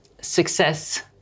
success